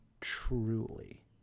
truly